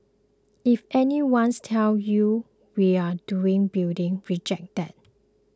if anyone's tells you we're done building reject that